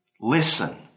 listen